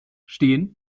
stehen